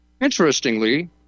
Interestingly